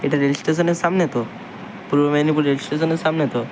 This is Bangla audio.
এটা রেল স্টেশানের সামনে তো পূর্ব মেদিনীপুর রেল স্টেশানের সামনে তো